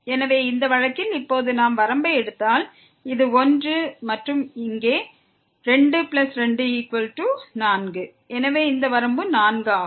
எனவே இந்த வழக்கில் இப்போது நாம் வரம்பை எடுத்தால் இது 1 மற்றும் இங்கே 224 எனவே இந்த வரம்பு 4 ஆகும்